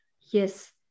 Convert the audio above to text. yes